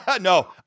no